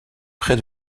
près